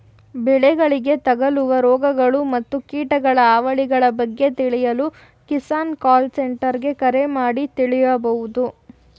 ಬೆಳೆಗಳಿಗೆ ತಗಲುವ ರೋಗಗಳು ಮತ್ತು ಕೀಟಗಳ ಹಾವಳಿಗಳ ಬಗ್ಗೆ ತಿಳಿಯಲು ಕಿಸಾನ್ ಕಾಲ್ ಸೆಂಟರ್ಗೆ ಕರೆ ಮಾಡಿ ತಿಳಿಬೋದು